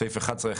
בסעיף 11,